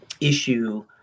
issue